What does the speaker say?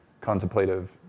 contemplative